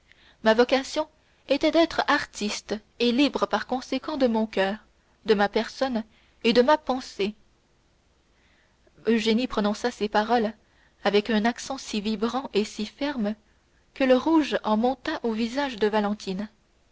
ma vocation était d'être artiste et libre par conséquent de mon coeur de ma personne et de ma pensée eugénie prononça ces paroles avec un accent si vibrant et si ferme que le rouge en monta au visage de valentine